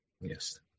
Yes